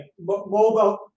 mobile